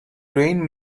grain